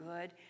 good